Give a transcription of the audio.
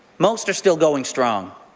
most are still going strong.